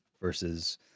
versus